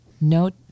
Note